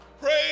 Praise